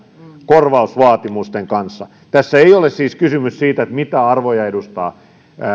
korvausvaatimusten kanssa tässä ei ole siis kysymys siitä mitä arvoja edustaa